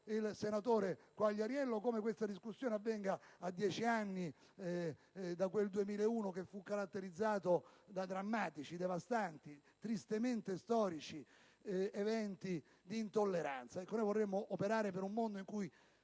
proprio, ha ricordato come questa discussione avvenga a dieci anni dal 2001, anno caratterizzato da drammatici, devastanti, tristemente storici eventi di intolleranza. Vogliamo operare per un mondo in cui